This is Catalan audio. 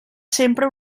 sempre